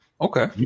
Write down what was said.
Okay